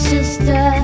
Sister